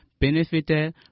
benefited